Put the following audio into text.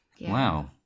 Wow